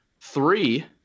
three